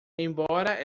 embora